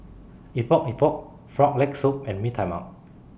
Epok Epok Frog Leg Soup and Mee Tai Mak